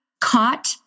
caught